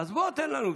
אז תן לנו.